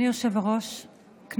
זה מטרו שעובר 24 יישובים.